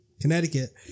Connecticut